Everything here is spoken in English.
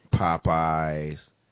Popeye's